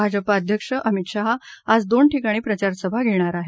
भाजपा अध्यक्ष अमित शहा आज दोन ठिकाणी प्रचार सभा घेणार आहेत